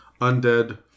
undead